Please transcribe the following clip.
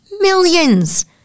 Millions